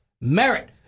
merit